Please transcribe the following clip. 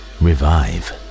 revive